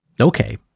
okay